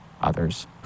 others